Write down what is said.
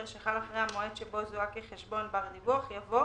שחל אחרי המועד שבו זוהה כחשבון בר-דיווח" יבוא